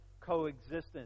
coexistence